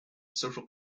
social